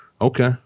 okay